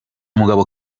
mugabo